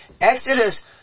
Exodus